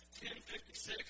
10.56